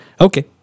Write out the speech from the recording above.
Okay